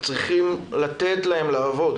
וצריך לתת להם לעבוד.